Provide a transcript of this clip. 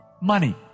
money